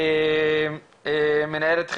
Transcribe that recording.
מנהלת חברה,